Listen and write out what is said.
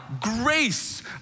grace